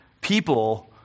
people